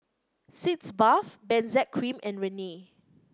Sitz Bath Benzac Cream and Rene